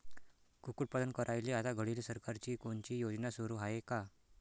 कुक्कुटपालन करायले आता घडीले सरकारची कोनची योजना सुरू हाये का?